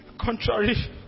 Contrary